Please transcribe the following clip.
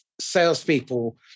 salespeople